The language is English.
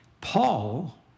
Paul